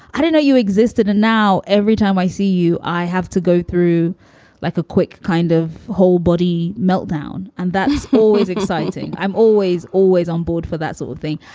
i didn't know you existed. and now every time i see you, i have to go through like a quick kind of whole body meltdown. and that's always exciting. i'm always, always on board for that sort of thing.